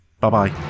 Bye-bye